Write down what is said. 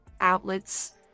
outlets